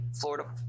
Florida